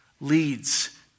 leads